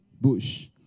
bush